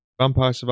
Vampire